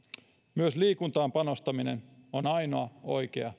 myös liikuntaan panostaminen on ainoa oikea